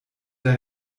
der